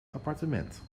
appartement